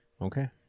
Okay